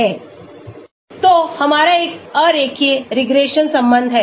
तो हमारा एक अरेखीय रिग्रेशन संबंध है